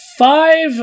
Five